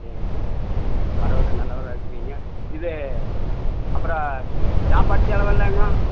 சரி சரி பரவாயில்லை நல்லவராக இருக்குறீங்க இது அப்புறம் சாப்பாடு செலவெல்லாம்ங்கோ